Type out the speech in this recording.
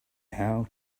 how